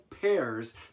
pairs